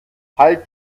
halt